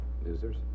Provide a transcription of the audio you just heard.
Losers